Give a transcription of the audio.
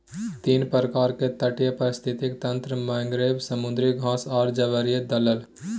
तीन प्रकार के तटीय पारिस्थितिक तंत्र मैंग्रोव, समुद्री घास आर ज्वारीय दलदल